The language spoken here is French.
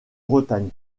bretagne